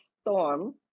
storm